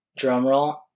drumroll